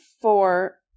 four